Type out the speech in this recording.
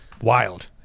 wild